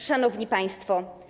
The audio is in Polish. Szanowni Państwo!